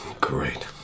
Great